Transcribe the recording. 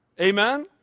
amen